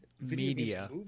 media